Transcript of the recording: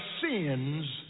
sins